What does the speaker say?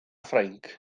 ffrainc